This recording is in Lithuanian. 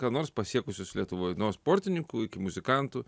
ką nors pasiekusius lietuvoj nuo sportininkų iki muzikantų